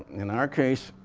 in our case,